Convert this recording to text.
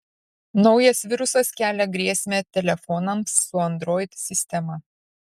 naujas virusas kelia grėsmę telefonams su android sistema